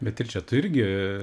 beatriče tu irgi